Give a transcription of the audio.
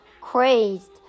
Crazed